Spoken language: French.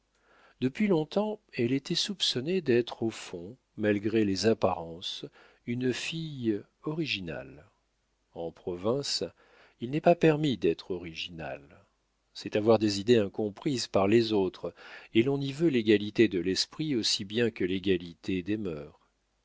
depuis longtemps elle était soupçonnée d'être au fond malgré les apparences une fille originale en province il n'est pas permis d'être original c'est avoir des idées incomprises par les autres et l'on y veut l'égalité de l'esprit aussi bien que l'égalité des mœurs